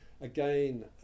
again